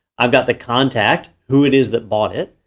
i've got the contact, who it is that bought it.